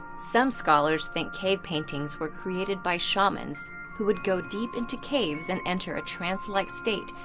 some scholars think cave paintings were created by shamans who would go deep into caves and enter a trance-like state,